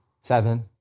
Seven